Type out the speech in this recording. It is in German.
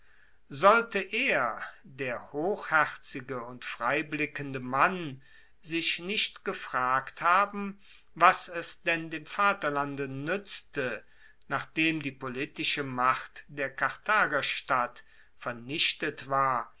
sollte er der hochherzige und freiblickende mann sich nicht gefragt haben was es denn dem vaterlande nuetzte nachdem die politische macht der karthagerstadt vernichtet war